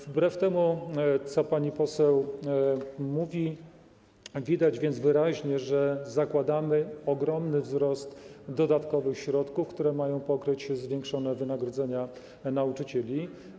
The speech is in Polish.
Wbrew temu, co pani mówi, widać więc wyraźnie, że zakładamy ogromny wzrost dodatkowych środków, które mają pokryć zwiększone wynagrodzenia nauczycieli.